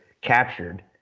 captured